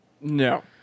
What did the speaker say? no